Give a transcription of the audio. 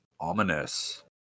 Ominous